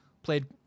Played